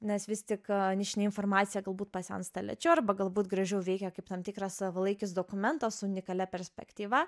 nes vis tik nišinė informacija galbūt pasensta lėčiau arba galbūt gražiau veikia kaip tam tikras savalaikis dokumentas unikalia perspektyva